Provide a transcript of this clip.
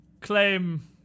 claim